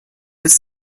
bis